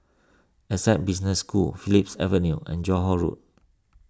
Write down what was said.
Essec Business School Phillips Avenue and Johore Road